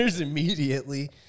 immediately